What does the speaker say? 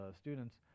students